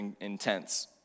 intense